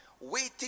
waiting